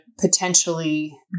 potentially